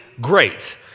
great